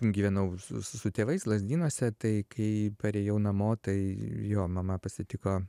gyvenau su su tėvais lazdynuose tai kai parėjau namo tai jo mama pasitiko